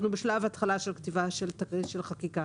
אנחנו בשלב התחלת כתיבה של חקיקה.